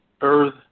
Earth